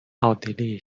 奥地利